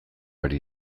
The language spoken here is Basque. ari